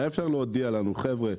היה אפשר להודיע לנו: חבר'ה,